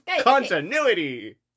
Continuity